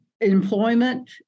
Employment